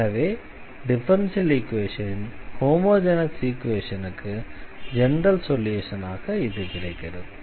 எனவே yc1c2xeαxc3e3xcnenx என்பது டிஃபரன்ஷியல் ஈக்வேஷனின் ஹோமொஜெனஸ் ஈக்வேஷனுக்கு ஜெனரல் சொல்யூஷனாக கிடைக்கிறது